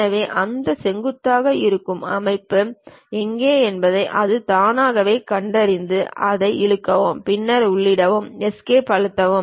எனவே அந்த செங்குத்தாக இருக்கும் அமைப்பு எங்கே என்பதை அது தானாகவே கண்டறிந்து அதை அழுத்தவும் பின்னர் உள்ளிடவும் எஸ்கேப் அழுத்தவும்